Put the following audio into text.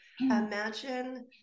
imagine